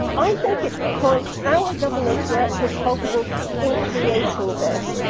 i think it's because our governments were actually culpable in creating this,